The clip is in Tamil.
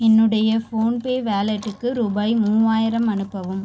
என்னுடைய ஃபோன்பே வாலெட்டுக்கு ரூபாய் மூவாயிரம் அனுப்பவும்